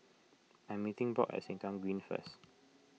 I am meeting Brock at Sengkang Green first